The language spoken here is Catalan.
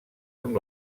amb